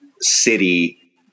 city